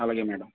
అలాగే మ్యాడం